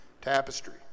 tapestry